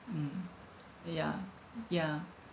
mm ah ya ya